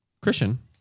Christian